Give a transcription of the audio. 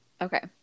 okay